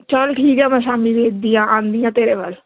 ਚਲ ਠੀਕ ਆ ਮੈਂ ਸ਼ਾਮੀ ਦੇਖਦੀ ਹਾਂ ਆਉਂਦੀ ਹਾਂ ਤੇਰੇ ਵੱਲ